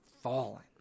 fallen